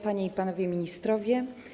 Panie i Panowie Ministrowie!